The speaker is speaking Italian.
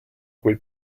quei